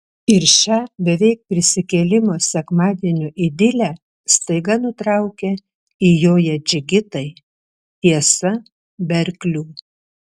ir šią beveik prisikėlimo sekmadienio idilę staiga nutraukia įjoję džigitai tiesa be arklių